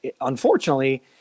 unfortunately